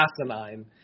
asinine